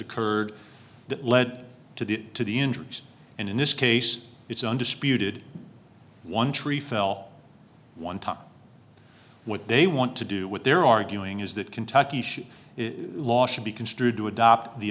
occurred that led to the to the injuries and in this case it's undisputed one tree fell on top what they want to do what they're arguing is that kentucky should it law should be construed to adopt the